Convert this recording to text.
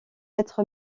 être